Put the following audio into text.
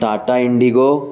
Tata Indigo